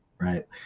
right